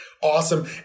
Awesome